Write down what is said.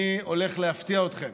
אני הולך להפתיע אתכם.